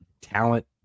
talent